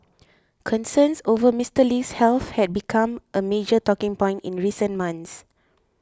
concerns over Mister Lee's health had become a major talking point in recent months